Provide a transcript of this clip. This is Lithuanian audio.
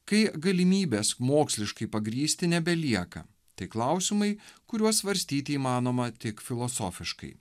kai galimybes moksliškai pagrįsti nebelieka tik klausimai kuriuos svarstyti įmanoma tik filosofiškai